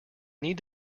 need